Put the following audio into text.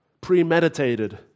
premeditated